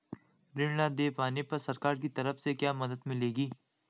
ऋण न दें पाने पर सरकार की तरफ से क्या मदद मिलेगी?